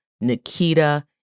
Nikita